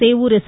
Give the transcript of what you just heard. Sevur S